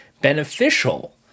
beneficial